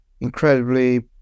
incredibly